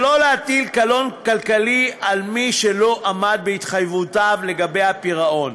שלא להטיל קלון כלכלי על מי שלא עמד בהתחייבויותיו לגבי הפירעון.